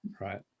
Right